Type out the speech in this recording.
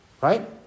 Right